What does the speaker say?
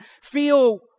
feel